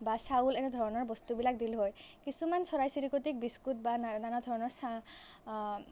বা চাউল এনেধৰণৰ বস্তুবিলাক দিলোঁ হয় কিছুমান চৰাই চিৰিকটিক বিস্কুত বা নানা ধৰণৰ চা